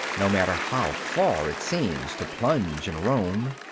no matter how far it seems to plunge and roam.